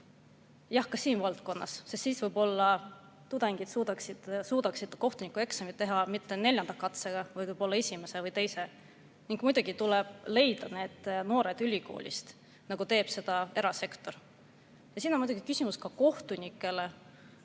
Jah, ka siin valdkonnas, sest siis võib-olla tudengid suudaksid kohtunikueksami teha mitte neljanda, vaid võib-olla esimese või teise katsega. Ning muidugi tuleb leida need noored ülikoolist, nagu teeb seda erasektor. Ja siin on muidugi küsimus ka kohtunikele,